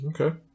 Okay